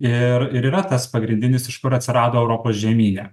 ir ir yra tas pagrindinis iš kur atsirado europos žemyne